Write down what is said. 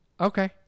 okay